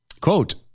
Quote